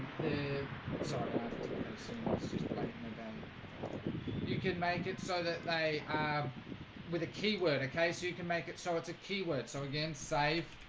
the sorry i have to go soon. it's just late in the day you can make it so that they with a keyword. okay, so you can make it. so it's a keyword. so again save